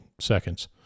seconds